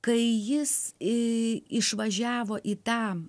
kai jis i išvažiavo į tą